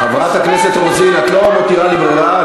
חברת הכנסת רוזין, את לא מותירה לי ברירה.